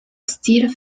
style